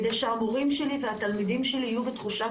כדי שהמורים שלי והתלמידים שלי יהיו בתחושת